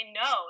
no